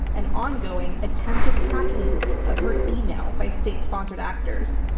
and ongoing attempted hacking of her email by state-sponsored actors,